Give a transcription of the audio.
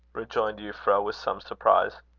rejoined euphra with some surprise.